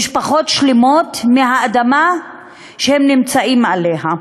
משפחות שלמות, מהאדמה שהם נמצאים עליה.